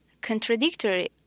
contradictory